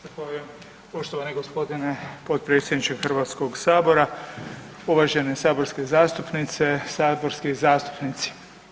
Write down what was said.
Zahvaljujem, poštovani g. potpredsjedniče Hrvatskog sabora, uvažene saborske zastupnice, saborski zastupnici.